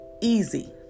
easy